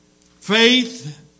Faith